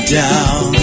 down